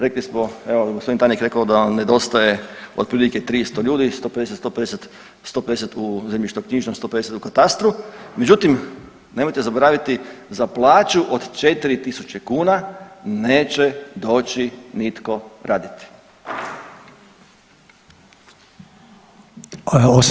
Rekli smo, evo gospodin tajnik je rekao da vam nedostaje otprilike 300 ljudi, 150, 150, 150 u zemljišnoknjižnom, 150 katastru, međutim nemojte zaboraviti za plaću od 4.000 kuna neće doći nitko raditi.